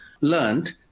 learned